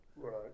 right